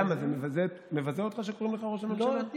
למה, זה מבזה אותך כשקוראים לך ראש ממשלה?